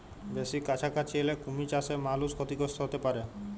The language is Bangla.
বেসি কাছাকাছি এলে কুমির চাসে মালুষ ক্ষতিগ্রস্ত হ্যতে পারে